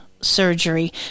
surgery